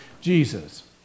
Jesus